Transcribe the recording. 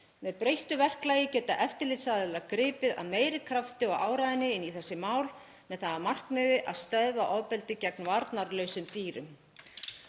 Með breyttu verklagi geta eftirlitsaðilar gripið af meiri krafti og áræðni inn í þessi mál með það að markmiði að stöðva ofbeldi gegn varnarlausum dýrum.